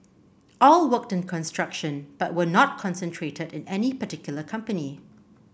all worked in construction but were not concentrated in any particular company